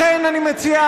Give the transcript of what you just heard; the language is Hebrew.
לכן אני מציע,